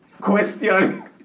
question